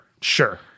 sure